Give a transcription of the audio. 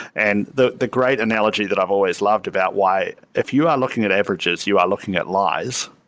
and the the great analogy that i've always loved about why, if you are looking at averages, you are looking at lies,